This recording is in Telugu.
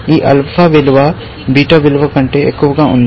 ఈ ఆల్ఫా విలువ బీటా విలువ కంటే ఎక్కువగా ఉంది